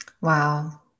Wow